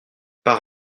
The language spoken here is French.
par